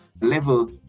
level